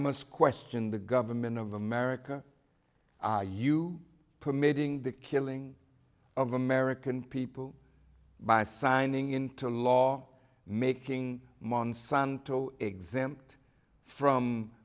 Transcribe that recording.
must question the government of america you permitting the killing of american people by signing into law making monsanto exempt from